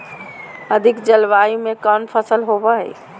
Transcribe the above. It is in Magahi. अधिक जलवायु में कौन फसल होबो है?